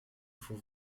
for